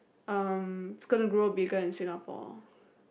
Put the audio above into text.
um it's gonna grow bigger in Singapore